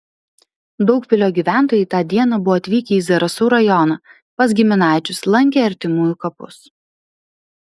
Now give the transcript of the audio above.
daugpilio gyventojai tą dieną buvo atvykę į zarasų rajoną pas giminaičius lankė artimųjų kapus